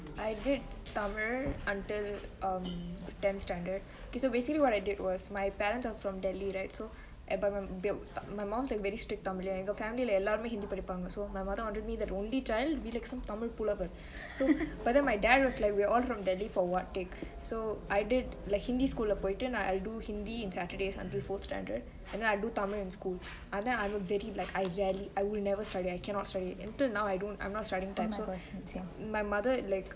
I did tamil until um ten standard okay so basically what I did was so my parents are from delhi right so but my mum is like very strict on tamil எங்க:engge family ல எல்லாருமெle ellarume hindi படிப்பாங்க:padipangge so but then my dad was like we are all from delhi for what tick so I did like hindi school of houtan I'll do hindi on saturdays until full standard then I'll do tamil in school and then I would rarely like I rarely I would never study I cannot study until now I'm not studying tamil my mother like